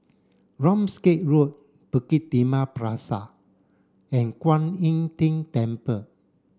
Ramsgate Road Bukit Timah Plaza and Kuan Im Tng Temple